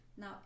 Now